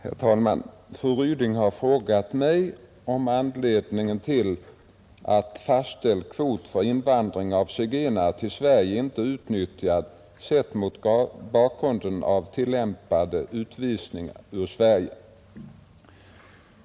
Herr talman! Fru Ryding har frågat mig om anledningen till att fastställd kvot för invandring av zigenare till Sverige inte är utnyttjad sett mot bakgrunden av tillämnade utvisningar ur Sverige.